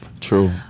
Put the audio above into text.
True